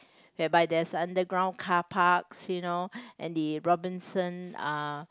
whereby there's underground car parks you know and the Robinson uh